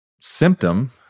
symptom